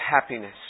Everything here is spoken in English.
happiness